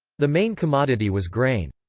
the main commodity was grain.